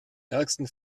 ärgsten